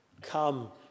Come